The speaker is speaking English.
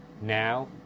now